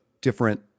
different